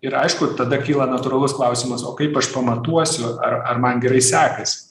ir aišku tada kyla natūralus klausimas o kaip aš pamatuosiu ar ar man gerai sekasi